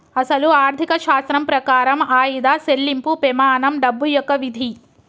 అసలు ఆర్థిక శాస్త్రం ప్రకారం ఆయిదా సెళ్ళింపు పెమానం డబ్బు యొక్క విధి